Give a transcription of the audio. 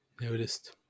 Noticed